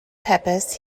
pepys